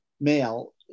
male